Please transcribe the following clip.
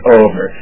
over